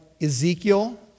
Ezekiel